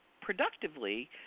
productively